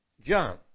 John